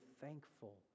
thankful